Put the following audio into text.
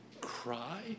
cry